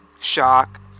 shock